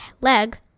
leg